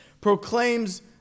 proclaims